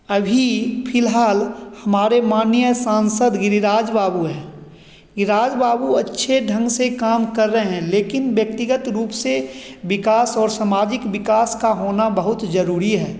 अभी फिलहाल हमारे माननीय सांसद गिरिराज बाबू हैं गिरिराज बाबू अच्छे ढंग से काम कर रहे हैं लेकिन व्यक्तिगत रूप से विकास और सामाजिक विकास का होना बहुत ज़रूरी है